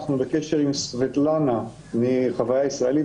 אנחנו בקשר עם סבטלנה מ'חוויה ישראלית',